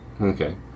Okay